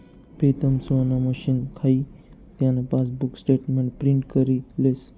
प्रीतम सोना मशीन खाई त्यान पासबुक स्टेटमेंट प्रिंट करी लेस